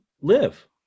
live